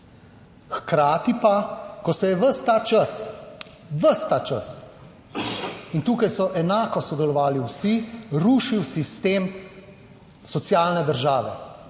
Hkrati pa, ko se je ves ta čas, ves ta čas in tukaj so enako sodelovali vsi, rušil sistem socialne države,